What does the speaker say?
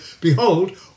Behold